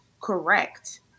correct